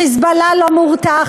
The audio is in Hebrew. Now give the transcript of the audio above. "חיזבאללה" לא מורתע,